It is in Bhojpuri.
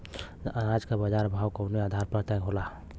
अनाज क बाजार भाव कवने आधार पर तय होला?